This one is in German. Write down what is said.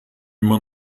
man